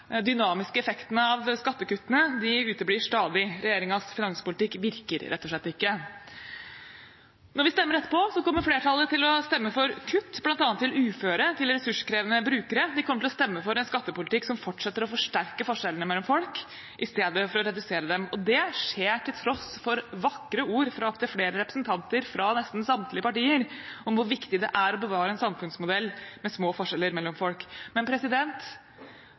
dynamiske effektene av skattekuttene uteblir stadig. Regjeringens finanspolitikk virker rett og slett ikke. Når vi stemmer etterpå, kommer flertallet til å stemme for kutt, bl.a. til uføre, til ressurskrevende brukere. De kommer til å stemme for en skattepolitikk som fortsetter å forsterke forskjellene mellom folk i stedet for å redusere dem, og det skjer til tross for vakre ord fra opptil flere representanter fra nesten samtlige partier om hvor viktig det er å bevare en samfunnsmodell med små forskjeller mellom folk. Men